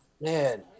man